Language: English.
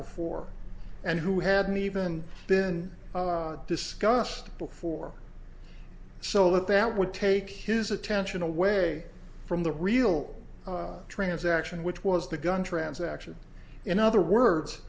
before and who hadn't even been discussed before so that that would take his attention away from the real transaction which was the gun transaction in other words